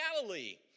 Galilee